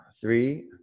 three